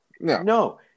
no